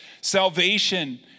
Salvation